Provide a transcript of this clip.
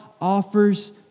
offers